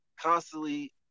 constantly